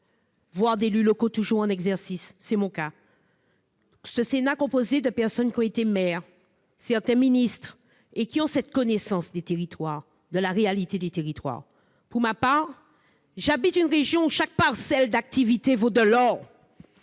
voire d'élus locaux toujours en exercice- c'est mon cas -; ce Sénat composé de personnes qui ont été maires, voire ministres et qui ont cette connaissance de la réalité des territoires. Pour ma part, j'habite une région où chaque parcelle d'activité vaut de l'or.